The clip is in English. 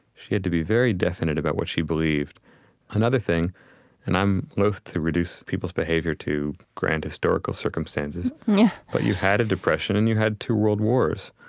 she had to be very definite about what she believed another thing and i'm loathe to reduce people's behavior to grand historical circumstances but you had a depression and you had two world wars.